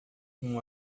não